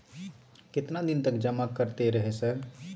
केतना दिन तक जमा करते रहे सर?